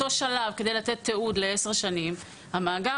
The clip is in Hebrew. בסופו של דבר יש מונח מקצועי שנקרא aging,